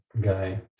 guy